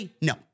No